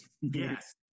Yes